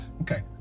Okay